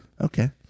Okay